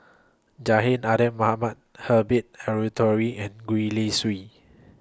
Abidin Ahmad Herbert Eleuterio and Gwee Li Sui